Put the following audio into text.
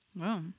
Wow